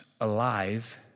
alive